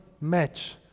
match